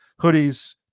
hoodies